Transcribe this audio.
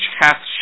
hath